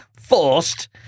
forced